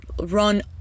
run